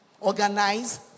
organize